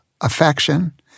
affection